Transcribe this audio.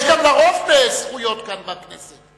יש גם לרוב זכויות כאן בכנסת.